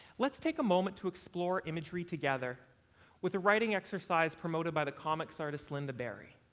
let's take a moment to explore imagery together with the writing exercise promoted by the comics artist lynda barry.